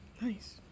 Nice